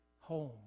home